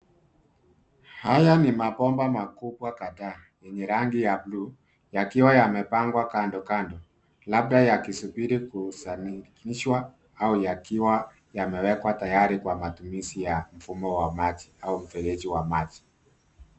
Haya ni mabomba makubwa kadhaa yenye rangi ya bluu yakiwa yamepangwa kando kando, labda yakisubiri kusafirishwa au yakiwa yamewekwa tayari kwa matumizi ya mfumo wa maji au mfereji wa maji.